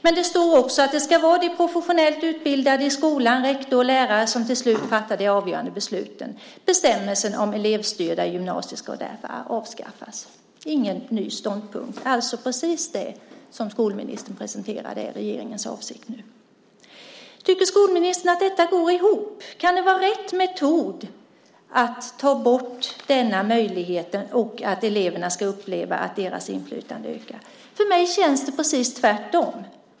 Men det står också: Det ska vara de professionellt utbildade i skolan, rektor och lärare, som till slut fattar de avgörande besluten. Bestämmelsen om elevstyrda gymnasier ska därför avskaffas. Det är ingen ny ståndpunkt. Precis det som skolministern presenterat är alltså regeringens avsikt nu. Tycker skolministern att det här går ihop? Kan borttagandet av denna möjlighet vara rätta metoden för att eleverna ska uppleva att deras inflytande ökar? För mig känns det precis tvärtom.